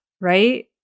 Right